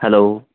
hello